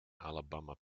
alabama